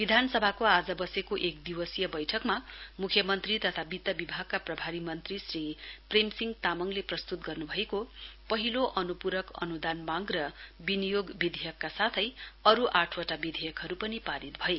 विधानसभाको आज बसेको एक दिवसीय बैठकमा म्ख्य मन्त्री तथा वित्त विभागका प्रभारी मन्त्री श्री प्रेम सिंह तामाङले प्रस्त्त गर्न् भएको पहिलो अन्पूरक अन्दान मांग र विनियोग विधेयकका साथै अरू आठवटा विधेयकहरू पनि पारित भए